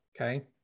okay